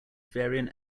variant